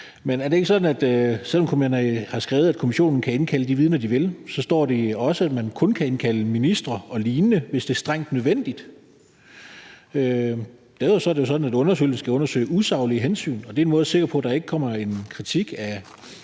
Men er det ikke sådan, at selv om man har skrevet, at kommissionen kan indkalde de vidner, de vil, står der også, at man kun kan indkalde ministre og lignende, hvis det er strengt nødvendigt? Ellers er det jo sådan, at undersøgelsen skal undersøge usaglige hensyn, og det er en måde at sikre, at der ikke kommer en kritik af